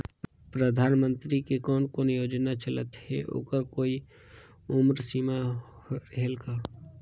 परधानमंतरी के कोन कोन योजना चलत हे ओकर कोई उम्र समय सीमा रेहेल कौन?